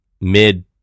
mid